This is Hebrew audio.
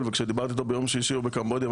וכשדיברתי איתו ביום שישי הוא בקמבודיה,